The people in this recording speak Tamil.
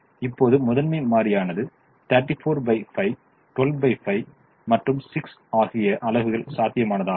இப்போது முதன்மை மாறியானது 345 125 மற்றும் 6 ஆகிய அலகுகள் சாத்தியமானதாகும்